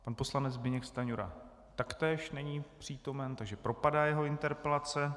Pan poslanec Zbyněk Stanjura taktéž není přítomen, takže propadá jeho interpelace.